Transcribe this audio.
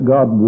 God